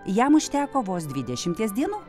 jam užteko vos dvidešimties dienų